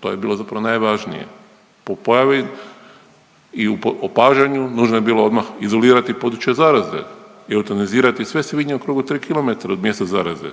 To je bilo zapravo najvažnije po pojavi i opažanju nužno je bilo odmah izolirati područje zaraze i eutanizirati sve svinje u krugu od 3 km od mjesta zaraze.